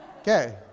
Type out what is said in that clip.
Okay